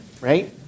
right